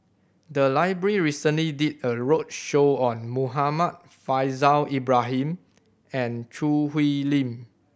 the library recently did a roadshow on Muhammad Faishal Ibrahim and Choo Hwee Lim